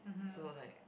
so like